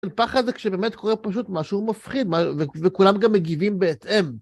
הפחד הזה כשבאמת קורה פשוט משהו מפחיד, וכולם גם מגיבים בהתאם.